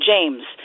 James